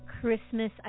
Christmas